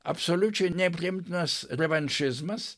absoliučiai nepriimtinas revanšizmas